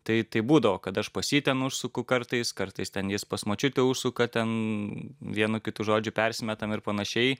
tai taip būdavo kad aš pas jį ten užsuku kartais kartais ten jis pas močiutę užsuka ten vienu kitu žodžiu persimetam ir panašiai